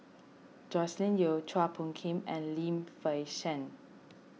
Joscelin Yeo Chua Phung Kim and Lim Fei Shen